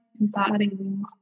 embodying